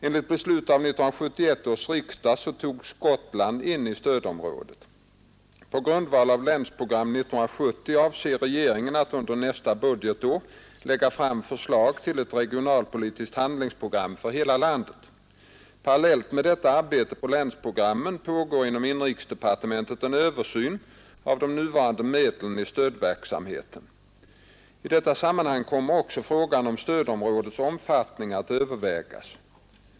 Enligt beslut av 1971 års riksdag togs Gotland in i stödområdet. På grundval av Länsprogram 1970 avser regeringen att under nästa budgetår lägga fram förslag till ett regionalpolitiskt handlingsprogram för hela landet. Parallellt med arbetet på länsprogrammen pågår inom inrikesdepartementet en översyn av de nuvarande medlen i stödverksamheten. I detta sammanhang kommer också frågan om stödområdets omfattning att övervägas.